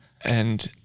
And-